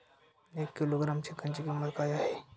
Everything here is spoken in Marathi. एक किलोग्रॅम चिकनची किंमत काय आहे?